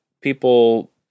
people